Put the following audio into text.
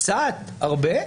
קצת או הרבה,